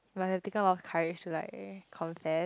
by pick up a lot of courage to like confess